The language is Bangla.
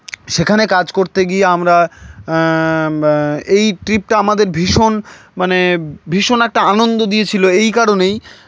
সেখানে কাজ করতে গিয়ে আমরা এই ট্রিপটা আমাদের ভীষণ মানে ভীষণ একটা আনন্দ দিয়েছিলো এই কারণেই